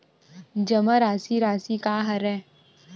जमा राशि राशि का हरय?